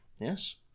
Yes